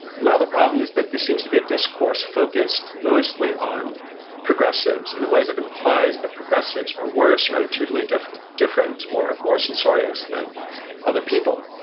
problem is that this seems to be a discourse focused mostly on progressive's in a way that implies that progressive's are worse or at a totally different different or more censorious than other people.